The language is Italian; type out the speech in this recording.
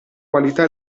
qualità